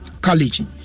college